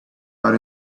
out